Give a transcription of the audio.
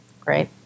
Great